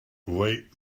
way